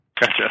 Gotcha